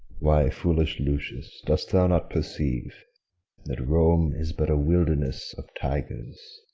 why, foolish lucius, dost thou not perceive that rome is but a wilderness of tigers?